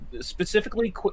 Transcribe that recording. specifically